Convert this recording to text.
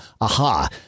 aha